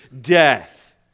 death